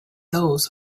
those